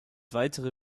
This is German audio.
weitere